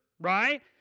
right